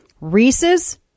Reese's